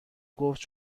گفته